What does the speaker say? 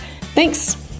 Thanks